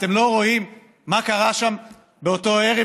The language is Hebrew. אתם לא רואים מה קרה שם באותו ערב,